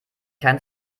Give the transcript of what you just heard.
kein